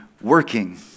working